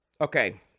Okay